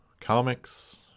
comics